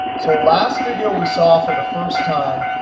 so last video we saw for the first time,